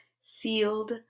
sealed